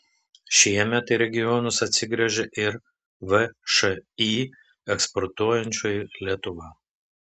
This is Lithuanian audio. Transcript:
šiemet į regionus atsigręžė ir všį eksportuojančioji lietuva